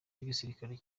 w’igisirikare